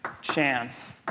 chance